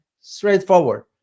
straightforward